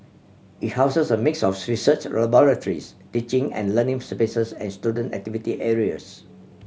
it houses a mix of research laboratories teaching and learning spaces and student activity areas